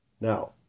now